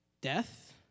death